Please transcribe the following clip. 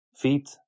feet